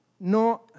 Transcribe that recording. no